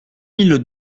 mille